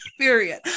Period